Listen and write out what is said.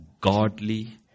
godly